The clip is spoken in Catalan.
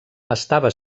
estava